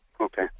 Okay